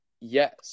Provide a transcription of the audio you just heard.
yes